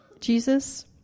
Jesus